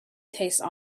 tastes